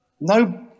no